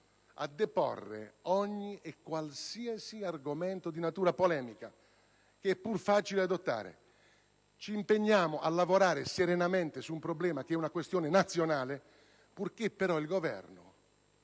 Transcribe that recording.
a deporre ogni e qualsiasi argomento di natura polemica, che pure è facile adottare. Ci impegniamo a lavorare serenamente su una questione che è nazionale, purché il Governo